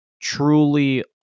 truly